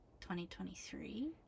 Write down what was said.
2023